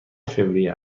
فوریه